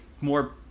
more